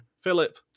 Philip